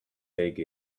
take